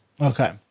Okay